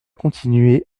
continuer